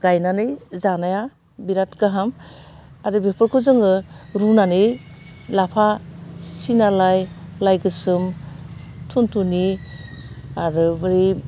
गायनानै जानाया बिराथ गाहाम आरो बेफोरखौ जोङो रुनानै लाफा सिना लाइ लाइ गोसोम थुनथुनि आरो बै